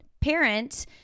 parent